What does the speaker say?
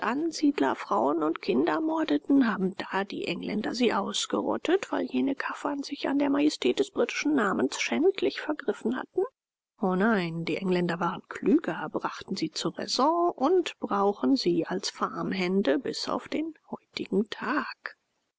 ansiedler frauen und kinder mordeten haben da die engländer sie ausgerottet weil jene kaffern sich an der majestät des britischen namens schändlich vergriffen hatten o nein die engländer waren klüger brachten sie zur raison und brauchen sie als farmhände bis auf den heutigen tag